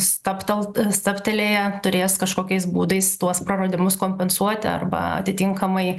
stabtel stabtelėję turės kažkokiais būdais tuos praradimus kompensuoti arba atitinkamai